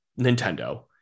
Nintendo